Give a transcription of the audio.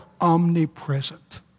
omnipresent